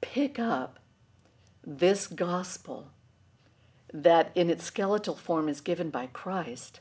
pick up this gospel that in that skeletal form is given by christ